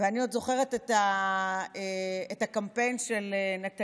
ואני עוד זוכרת את הקמפיין של נתניהו